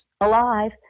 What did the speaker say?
alive